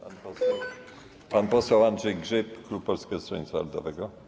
Pan poseł Andrzej Grzyb, klub Polskiego Stronnictwa Ludowego.